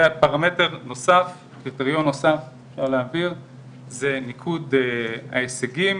פרמטר נוסף זה מיקוד ההישגים.